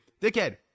Dickhead